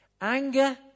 Anger